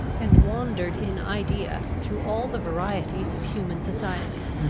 and wandered in idea through all the varieties of human society.